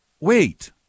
wait